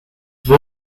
have